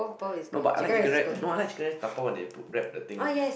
no but I like chicken rice no I like chicken rice dabao when they put wrap the thing